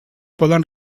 poden